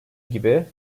gibi